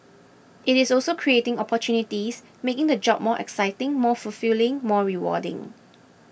it is also creating opportunities making the job more exciting more fulfilling more rewarding